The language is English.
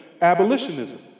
abolitionism